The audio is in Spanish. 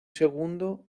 segundo